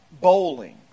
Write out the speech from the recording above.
bowling